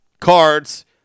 Cards